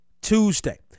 Tuesday